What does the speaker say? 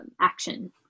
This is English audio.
action